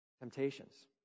Temptations